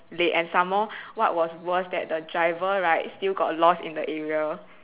late and some more what was worse that the driver right still got lost in the area